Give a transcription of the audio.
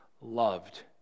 loved